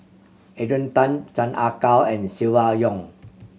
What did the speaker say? Adrian Tan Chan Ah Kow and Silvia Yong